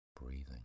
breathing